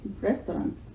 restaurant